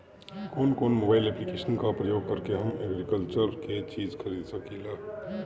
कउन कउन mobile application का प्रयोग करके हम एग्रीकल्चर के चिज खरीद सकिला?